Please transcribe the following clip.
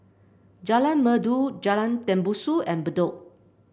Jalan Merdu Jalan Tembusu and Bedok